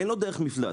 אין לו דרך מפלט.